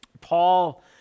Paul